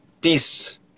peace